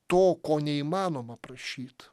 to ko neįmanoma prašyt